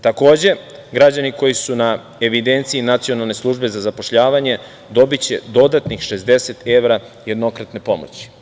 Takođe, građani koji su na evidenciji Nacionalne službe za zapošljavanje dobiće dodatnih 60 evra jednokratne pomoći.